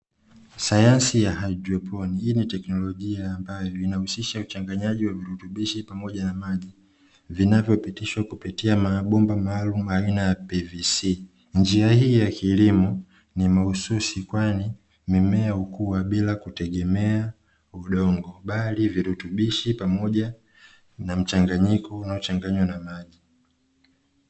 Sayansi ya haidroponi hii ni teknolojia ambayo inahusisha uchanganyaji wa virutubishi pamoja na maji vinavyopitishwa kupitia mabomba maalumu aina ya pvc. Njia hii ya kilimo ni mahususi kwani mimea ukua wa bila kutegemea udongo bali virutubishi pamoja na mchanganyiko unaochanganywa na maji.